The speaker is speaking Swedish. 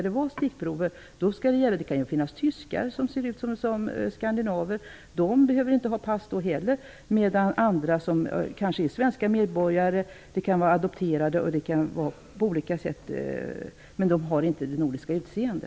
Det kan ju finnas tyskar som ser ut som skandinaver. De behöver alltså inte heller ha pass, medan andra svenska medborgare, t.ex. sådana som adopterats, måste ha pass på grund av sitt icke-nordiska utseende.